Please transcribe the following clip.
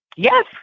Yes